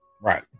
Right